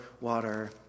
water